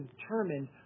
determined